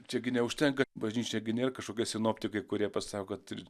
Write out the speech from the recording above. čia gi neužtenka bažnyčia gi nėr kažkokias sinoptikai kurie pasako kad ir